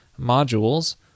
modules